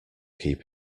keep